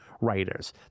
writers